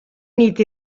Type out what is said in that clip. nit